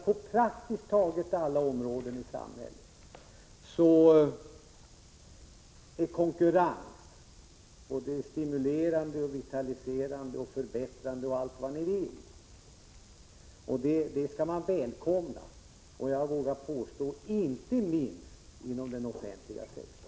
På praktiskt taget alla områden i samhället är konkurrens både stimulerande och vitaliserande, förbättrande och allt vad ni vill. Detta skall man välkomna — inte minst inom den offentliga sektorn, vågar jag påstå.